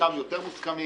חלקם יותר מוסכמים,